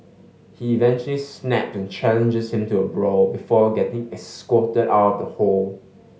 he eventually snap and challenges him to a brawl before getting escorted out of the hall